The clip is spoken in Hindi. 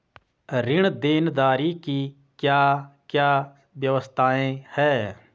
ऋण देनदारी की क्या क्या व्यवस्थाएँ हैं?